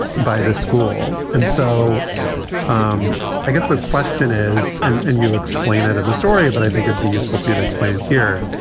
by the school. and so um i guess the question is and and you explain it in the story, but i think it'd be useful for you to explain it here,